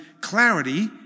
clarity